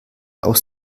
aus